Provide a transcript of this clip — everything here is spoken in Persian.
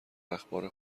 اخبار